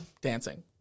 Dancing